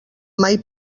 mai